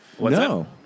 No